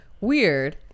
Weird